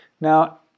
Now